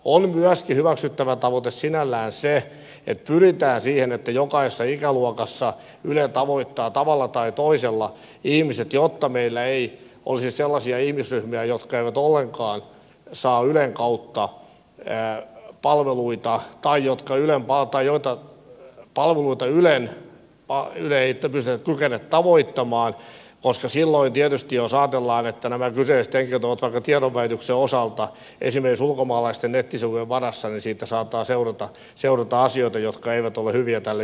on myöskin hyväksyttävä tavoite sinällään se että pyritään siihen että jokaisessa ikäluokassa yle tavoittaa tavalla tai toisella ihmiset jotta meillä ei olisi sellaisia ihmisryhmiä jotka eivät ollenkaan saa ylen kautta palveluita tai joita ylen palvelut eivät kykene tavoittamaan koska silloin tietysti jos ajatellaan että nämä kyseiset henkilöt ovat vaikka tiedonvälityksen osalta esimerkiksi ulkomaalaisten nettisivujen varassa siitä saattaa seurata asioita jotka eivät ole hyviä tälle yhteiskunnalle